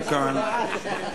אני אסיים כאן.